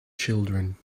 children